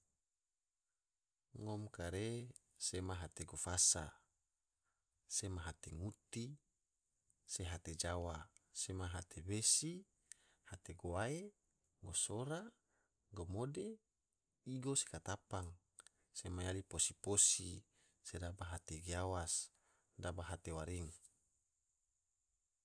Ngom kare sema hate gofosa, sema hate nguti, se hate jawa, sema hate besi, hate guwae, gosora, gomode, igo, se katapang, sema yali posi posi, sedaba hate giawas, daba hate waring.